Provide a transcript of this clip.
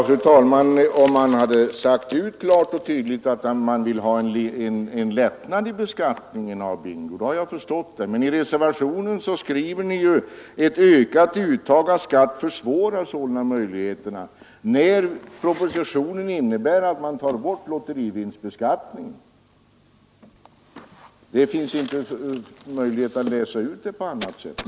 Fru talman! Om man hade sagt ut klart och tydligt att man vill ha en lättnad i beskattningen av bingo, så hade jag förstått det. Men i reservationen skriver ni ju: ”Ett ökat uttag av skatt försvårar sålunda möjligheterna ———.,” Detta skriver ni alltså trots att propositionen innebär att man tar bort lotterivinstbeskattningen. Det finns inte möjlighet att läsa ut det på annat sätt.